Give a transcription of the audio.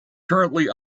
currently